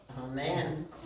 Amen